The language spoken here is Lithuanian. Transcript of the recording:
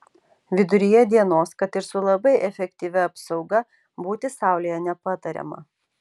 viduryje dienos kad ir su labai efektyvia apsauga būti saulėje nepatariama